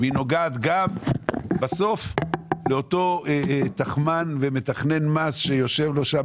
ובסוף היא נוגעת גם לאותו תחמן ומתכנן מס שיושב לו שם